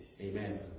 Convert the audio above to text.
Amen